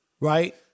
Right